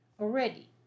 already